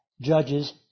judges